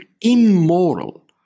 immoral